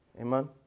amen